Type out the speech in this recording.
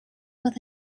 with